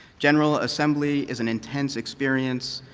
general assembly is an intense experience,